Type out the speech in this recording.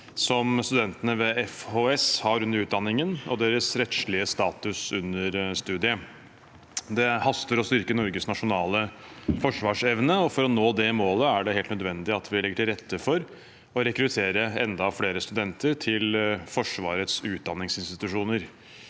høgskole, FHS, har under utdanningen, og deres rettslige status under studiet. Det haster med å styrke Norges nasjonale forsvarsevne, og for å nå det målet er det helt nødvendig at vi legger til rette for å rekruttere enda flere studenter til Forsvarets utdanningsinstitusjoner.